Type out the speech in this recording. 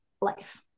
life